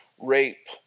rape